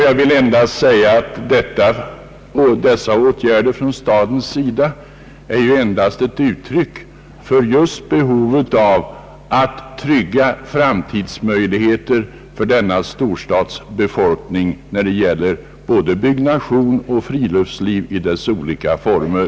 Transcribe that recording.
Jag vill endast säga att dessa åtgärder från stadens sida är ett uttryck för behovet att trygga framtidsmöjligheterna för vår storstadsbefolkning när det gäller både byggnation och friluftsliv i dess olika former.